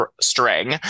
String